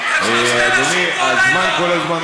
אינו נוכח,